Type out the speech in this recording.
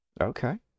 Okay